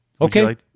Okay